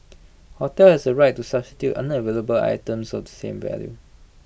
hotel has the right to substitute unavailable items of the same value